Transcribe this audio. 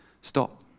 stop